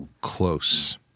close